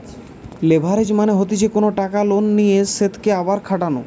leverage মানে হতিছে কোনো টাকা লোনে নিয়ে সেতকে আবার খাটানো